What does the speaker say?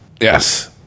Yes